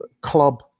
club